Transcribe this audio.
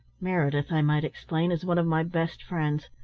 meredith, i might explain, is one of my best friends,